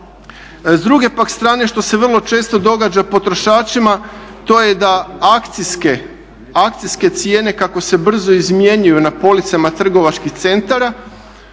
S druge pak strane što se vrlo često događa potrošačima to je da akcijske cijene kako se brzo izmjenjuju na policama trgovačkih centara,